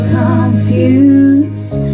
confused